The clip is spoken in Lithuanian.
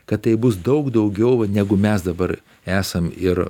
kad tai bus daug daugiau negu mes dabar esam ir